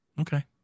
Okay